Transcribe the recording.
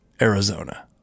Arizona